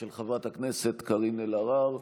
של חברת הכנסת קארין אלהרר.